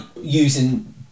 using